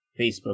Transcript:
Facebook